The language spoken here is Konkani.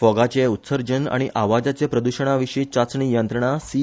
फोगाचे उत्सर्जन आनी आवाजाचे प्रद्षणाविशी चाचणी यंत्रणा सी